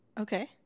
Okay